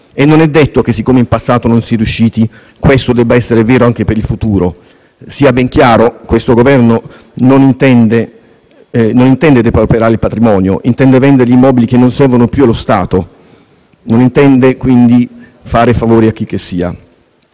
e non è detto che, siccome in passato non si sia riusciti, questo debba essere vero anche per il futuro. Sia ben chiaro che questo Governo non intende depauperare il patrimonio: intende vendere gli immobili che non servono più allo Stato; non intende quindi fare favori a chicchessia.